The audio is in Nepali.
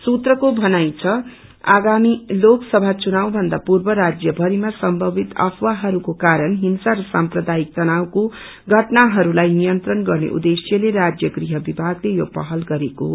सुत्रको भनाई छ आगामी लोकसभा चुनाव भन्दा पूर्व राज्य भरीमा संभावित अफवाहको कारण हिँसा र साम्प्रदाश्कि तनावको घटनाहरूलाई नियन्त्रण गर्ने उछेश्यले राज्य गृह विभागले यो पहल गरेको हो